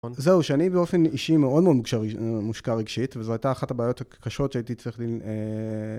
זהו שאני באופן אישי מאוד מאוד מושקע רגשית וזו הייתה אחת הבעיות הקשות שהייתי צריך